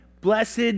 Blessed